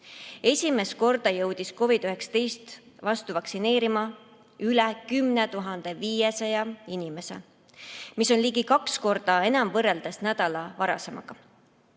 Esimest korda jõudis COVID‑19 vastu vaktsineerima üle 10 500 inimese, mida on ligi kaks korda enam võrreldes nädal varasemaga.